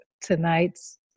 tonight's